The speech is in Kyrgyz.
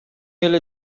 эле